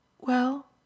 Well